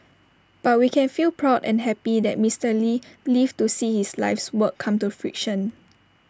but we can feel proud and happy that Mister lee lived to see his life's work come to fruition